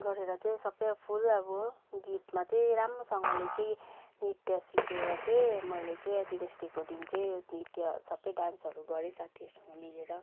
गरेर चाहिँ सबै अब फुल अब गीतमा चाहिँ राम्रोसँगले चाहिँ नृत्य सिकेर चाहिँ मैले चाहिँ टिचर्स डेको दिन चाहिँ नृत्य सबै डान्सहरू गँरे साथीहरूसँग मिलेर